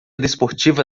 desportiva